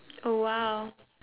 !wow!